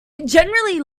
generally